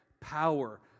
power